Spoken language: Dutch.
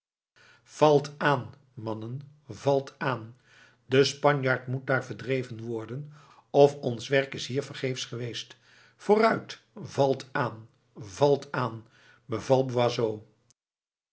valt aan mannen valt aan de spanjaard moet daar verdreven worden of ons werk is hier vergeefsch geweest vooruit valt aan valt aan beval